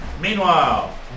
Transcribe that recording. Meanwhile